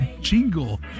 Jingle